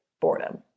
boredom